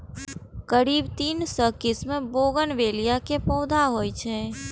करीब तीन सय किस्मक बोगनवेलिया के पौधा होइ छै